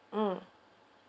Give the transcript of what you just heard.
mm